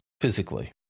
physically